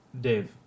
Dave